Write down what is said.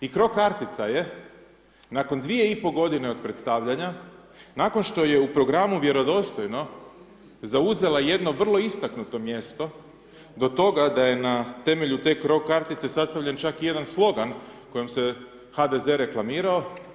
I cro kartica je nakon dvije i pol godine od predstavljanja, nakon što je u programu vjerodostojno zauzela jedno vrlo istaknuto mjesto do toga da je na temelju te cro kartice sastavljen čak i jedan slogan kojim se HDZ reklamirao.